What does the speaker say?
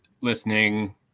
listening